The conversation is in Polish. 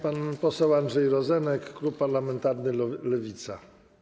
Pan poseł Andrzej Rozenek, klub parlamentarny Lewica.